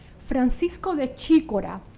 francisco de chicora,